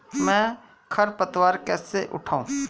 मैं खरपतवार कैसे हटाऊं?